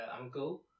uncle